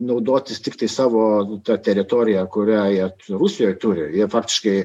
naudotis tiktai savo ta teritorija kurią jie rusijoj turi jie faktiškai